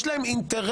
יש להם אינטרס.